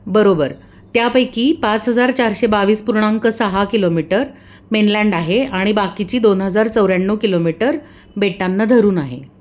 बरोबर त्यापैकी पाच हजार चारशे बावीस पूर्णांक सहा किलोमीटर मेनलँड आहे आणि बाकीची दोन हजार चौऱ्याण्णव किलोमीटर बेटांना धरून आहे